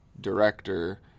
director